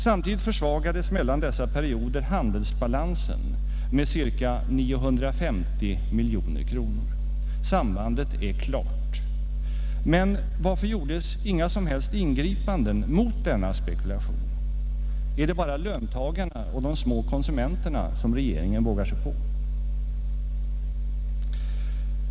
Samtidigt försvagades mellan dessa perioder handelsbalansen med cirka 950 miljoner kronor. Sambandet är klart. Men varför gjordes inga som helst ingripanden mot denna spekulation? Är det bara löntagarna och de små konsumenterna som regeringen vågar sig på?